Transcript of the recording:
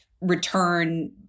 return